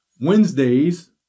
Wednesdays